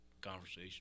conversation